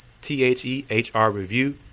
T-H-E-H-R-Review